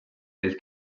del